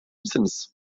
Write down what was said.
misiniz